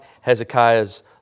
Hezekiah's